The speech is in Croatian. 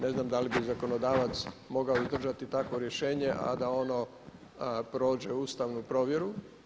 Ne znam da li bi zakonodavac mogao izdržati takvo rješenje a da ono prođe ustavnu provjeru.